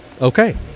okay